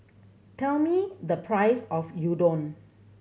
tell me the price of Gyudon